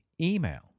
email